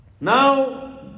Now